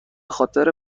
خاطر